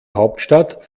hauptstadt